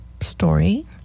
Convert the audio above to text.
story